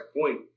point